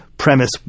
premise